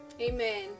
amen